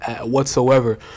whatsoever